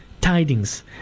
tidings